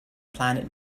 planet